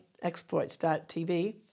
exploits.tv